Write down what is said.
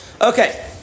Okay